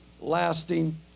lasting